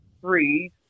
three